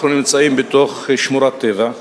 אנחנו נמצאים בתוך שמורת טבע,